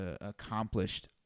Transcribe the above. accomplished